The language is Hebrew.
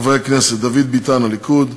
חברי הכנסת דוד ביטן, הליכוד,